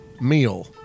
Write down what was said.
Meal